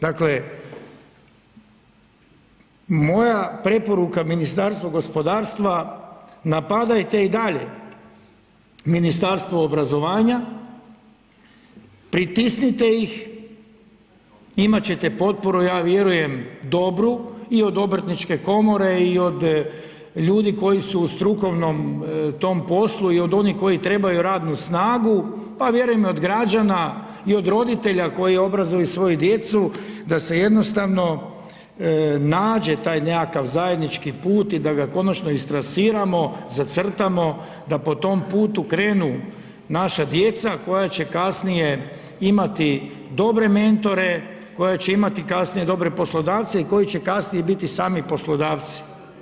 Dakle, moja preporuka Ministarstvu gospodarstva napadajte i dalje Ministarstvo obrazovanja, pritisnite ih, imat ćete potporu ja vjerujem dobru i od Obrtniče komore i od ljudi koji su u strukovnom tom poslu i od onih koji trebaju radnu snagu, pa vjerujem i od građana i od roditelja koji obrazuju svoju djecu da se jednostavno nađe taj nekakav zajednički put i da konačno istrasiramo, zacrtamo da po tom putu krenu naša djeca koja će kasnije imati dobre mentore, koja će imati kasnije dobre poslodavce i koji će kasnije biti i sami poslodavci.